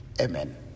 Amen